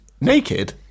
naked